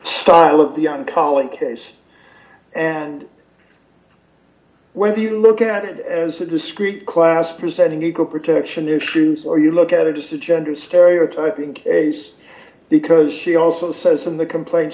style of the young college case and whether you look at it as a discrete class presenting equal protection issues or you look at it just a gender stereotyping case because she also says in the complaint